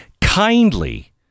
kindly